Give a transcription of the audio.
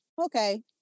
okay